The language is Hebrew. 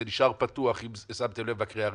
זה נשאר פתוח, אם שמתם לב, בקריאה הראשונה.